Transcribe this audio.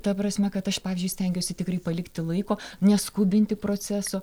ta prasme kad aš pavyzdžiui stengiuosi tikrai palikti laiko neskubinti proceso